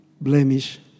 blemish